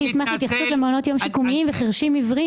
אני אשמח להתייחסות למעונות יום שיקומיים וחירשים-עיוורים.